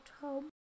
home